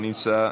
לא נמצא,